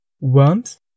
worms